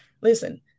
Listen